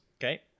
Okay